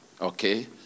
okay